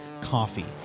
coffee